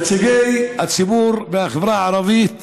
נציגי הציבור והחברה הערבית